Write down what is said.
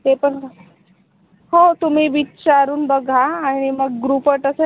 ते पण हो तुम्ही विचारून बघा आणि मग ग्रुपवर तसं